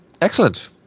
excellent